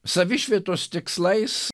savišvietos tikslais